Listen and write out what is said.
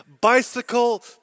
Bicycle